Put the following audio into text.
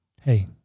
Hey